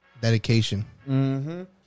dedication